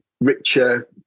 Richer